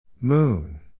Moon